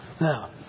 Now